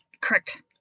Correct